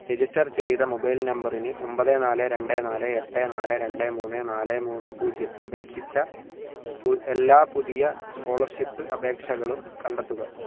register ചെയ്ത mobile നമ്പറിന് ഒമ്പത് നാല് രണ്ട് നാല് എട്ട് നാല് രണ്ട് മൂന്ന് നാല് മൂന്ന് പൂജ്യം അപേക്ഷിച്ച എല്ലാ പുതിയ സ്കോളർഷിപ്പ് അപേക്ഷകളും കണ്ടെത്തുക